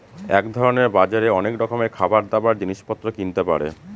এক ধরনের বাজারে অনেক রকমের খাবার, দাবার, জিনিস পত্র কিনতে পারে